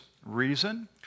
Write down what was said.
Reason